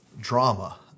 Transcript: drama